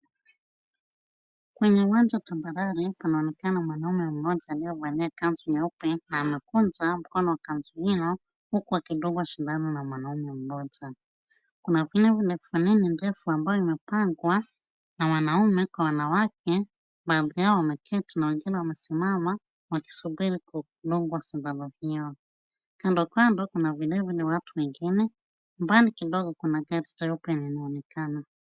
Kwenye uwanja tambarare kunaonekana mwanaume aliyevalia kanzu nyeupe na amekunja mkono wa kanzu hiyo huku akidungwa sindano na mwanaume mmoja. Kuna vile vile foleni ndefu ambayo imepangwa na wanaume kwa wanawake, baadhi yao wameketi na wengine wamesimama wakisubiri kudungwa sindano hiyo. Kando kando kuna vile vile watu wengine. Mbali kidogo kuna gari jeupe linaonekana.